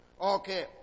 Okay